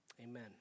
Amen